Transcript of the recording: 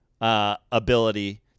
ability